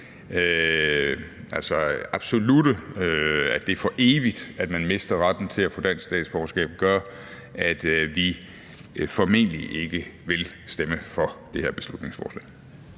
del om, at det er »for evigt«, man mister retten til at få dansk statsborgerskab, som gør, at vi formentlig ikke vil stemme for det her beslutningsforslag.